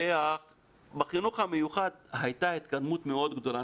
ובחינוך המיוחד הייתה התקדמות מאוד גדולה.